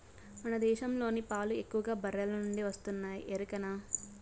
మన దేశంలోని పాలు ఎక్కువగా బర్రెల నుండే వస్తున్నాయి ఎరికనా